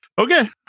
okay